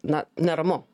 na neramu